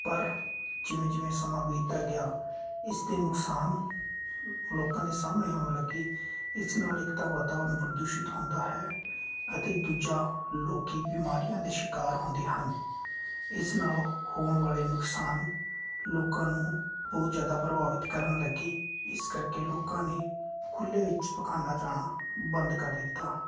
ਪਰ ਜਿਵੇਂ ਜਿਵੇਂ ਸਮਾਂ ਬੀਤਦਾ ਗਿਆ ਇਸ ਦੇ ਨੁਕਸਾਨ ਲੋਕਾਂ ਦੇ ਸਾਹਮਣੇ ਆਉਣ ਲੱਗੇ ਇਸ ਨਾਲ ਇੱਕ ਤਾਂ ਵਾਤਾਵਰਣ ਪ੍ਰਦੂਸ਼ਿਤ ਹੁੰਦਾ ਹੈ ਅਤੇ ਦੂਜਾ ਲੋਕੀ ਬਿਮਾਰੀਆਂ ਦੇ ਸ਼ਿਕਾਰ ਹੁੰਦੇ ਹਨ ਇਸ ਨਾਲ ਹੋਣ ਵਾਲੇ ਨੁਕਸਾਨ ਲੋਕਾਂ ਨੂੰ ਬਹੁਤ ਜ਼ਿਆਦਾ ਪ੍ਰਭਾਵਿਤ ਕਰਨ ਲੱਗੇ ਇਸ ਕਰਕੇ ਲੋਕਾਂ ਨੇ ਖੁੱਲੇ ਵਿੱਚ ਪਖਾਨਾ ਜਾਣਾ ਬੰਦ ਕਰ ਦਿੱਤਾ